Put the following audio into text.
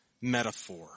metaphor